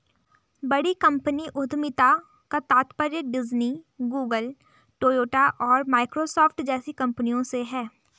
बड़ी कंपनी उद्यमिता का तात्पर्य डिज्नी, गूगल, टोयोटा और माइक्रोसॉफ्ट जैसी कंपनियों से है